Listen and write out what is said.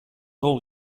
all